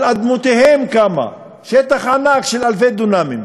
על אדמותיהם קמה, שטח ענק, של אלפי דונמים.